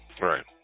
Right